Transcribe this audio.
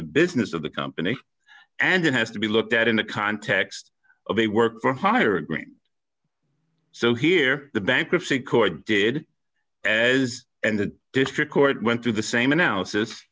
the business of the company and it has to be looked at in the context of a work for hire agreement so here the bankruptcy court did as and the district court went through the same analysis